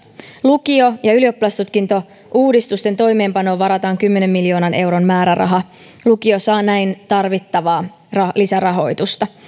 lukio ja ylioppilastutkintouudistusten toimeenpanoon varataan kymmenen miljoonan euron määräraha lukio saa näin tarvittavaa lisärahoitusta